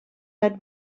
had